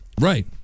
Right